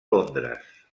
londres